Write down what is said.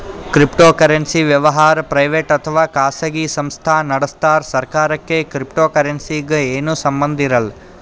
cryptocurrency ವ್ಯವಹಾರ್ private ಅಥವಾ ಖಾಸಗಿ ಸಂಸ್ಥಾ ನಡಸ್ತಾರ್ ಸರ್ಕಾರಕ್ಕ್ ಕ್ರಿಪ್ಟೋಕರೆನ್ಸಿಗ್ ಏನು ಸಂಬಂಧ್ ಇರಲ್ಲ್